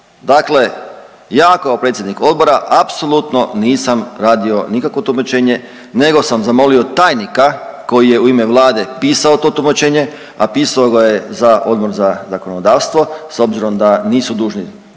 Dakle ja kao predsjednik odbora apsolutno nisam radio nikakvo tumačenje nego sam zamolio tajnika koji je u ime Vlade pisao to tumačenje, a pisao ga je za Odbor za zakonodavstvo s obzirom da nisu dužni Odboru